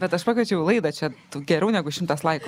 bet aš pakviečiau į laidą čia tu geriau negu šimtas laikų